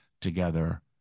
together